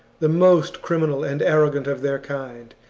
the most criminal and arrogant of their kind,